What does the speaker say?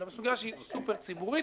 אלא בסוגיה שהיא סופר ציבורית